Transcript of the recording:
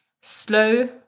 slow